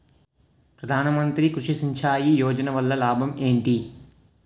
ప్రధాన మంత్రి కృషి సించాయి యోజన వల్ల లాభం ఏంటి?